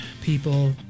people